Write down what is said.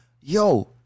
yo